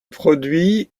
produit